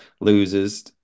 loses